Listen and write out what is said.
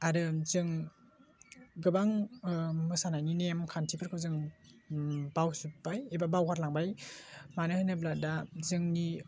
आरो जों गोबां मोसानायनि नेम खान्थिफोरखौ जों बावजोबबाय एबा बावगारलांबाय मानो होनोब्ला दा जोंनि